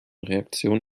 reaktion